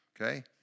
okay